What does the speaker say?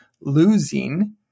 losing